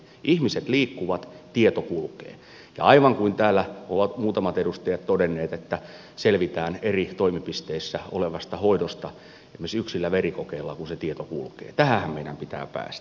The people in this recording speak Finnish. ihmiset liikkuvat tieto kulkee ja aivan niin kuin täällä ovat muutamat edustajat todenneet että selvitään eri toimipisteissä olevasta hoidosta esimerkiksi yksillä verikokeilla kun tieto kulkee tähänhän meidän pitää päästä